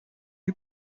you